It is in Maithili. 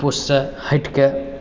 पोस्टसँ हटिके